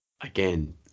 again